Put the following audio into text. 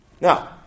Now